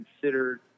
considered